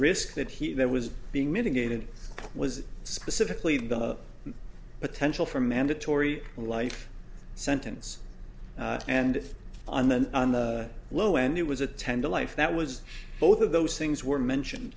risk that he that was being mitigated was specifically the potential for mandatory life sentence and if on the on the low end it was attend a life that was both of those things were mentioned